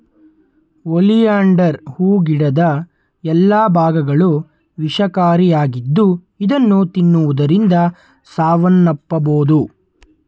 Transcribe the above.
oleander ಹೂ ಗಿಡದ ಎಲ್ಲಾ ಭಾಗಗಳು ವಿಷಕಾರಿಯಾಗಿದ್ದು ಇದನ್ನು ತಿನ್ನುವುದರಿಂದ ಸಾವನ್ನಪ್ಪಬೋದು